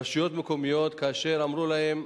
רשויות מקומיות, כאשר אמרו להם: